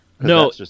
No